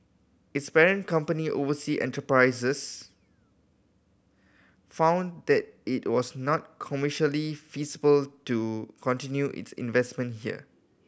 its parent company Oversea Enterprise found that it was not commercially feasible to continue its investment here